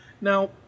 Now